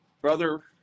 Brother